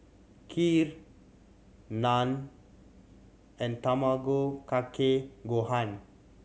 Kheer Naan and Tamago Kake Gohan